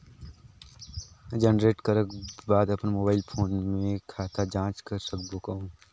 Generate करक कर बाद अपन मोबाइल फोन मे खाता जांच कर सकबो कौन?